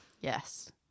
Yes